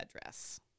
address